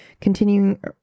continuing